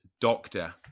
doctor